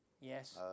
Yes